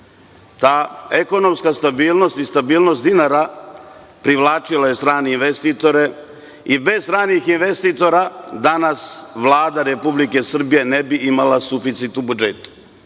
Ta ekonomska stabilnost i stabilnost dinara privlačila je strane investitore i bez stranih investitora danas Vlada Republike Srbije ne bi imala suficit u budžetu,